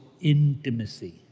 intimacy